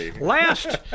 Last